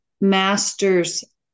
masters